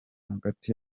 hagati